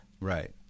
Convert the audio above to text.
Right